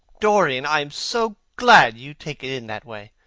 dorian, i am so glad you take it in that way!